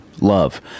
love